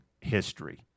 history